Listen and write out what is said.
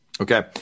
Okay